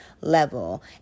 level